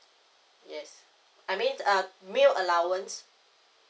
yes I mean uh meal allowance